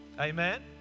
Amen